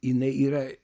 jinai yra